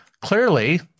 clearly